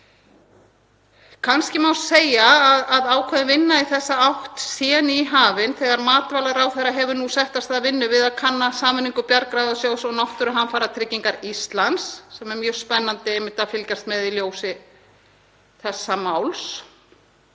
Kannski má segja að ákveðin vinna í þessa átt sé nýhafin þegar matvælaráðherra hefur nú sett af stað vinnu við að kanna sameiningu Bjargráðasjóðs og Náttúruhamfaratryggingar Íslands, sem er mjög spennandi að fylgjast með í ljósi þessa máls.